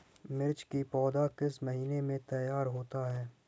मिर्च की पौधा किस महीने में तैयार होता है?